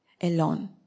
alone